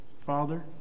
Father